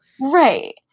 Right